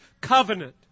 covenant